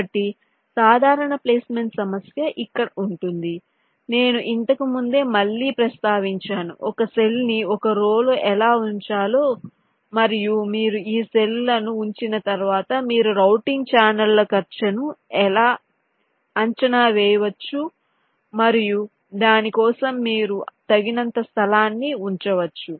కాబట్టి సాధారణ ప్లేస్మెంట్ సమస్య ఇక్కడ ఉంటుంది నేను ఇంతకు ముందే మళ్ళీ ప్రస్తావించాను ఒక సెల్ ని ఒక రో లో ఎలా ఉంచాలో మరియు మీరు ఈ సెల్ లను ఉంచిన తర్వాత మీరు రౌటింగ్ ఛానెల్ల ఖర్చును అంచనా వేయవచ్చు మరియు దాని కోసం మీరు తగినంత స్థలాన్ని ఉంచవచ్చు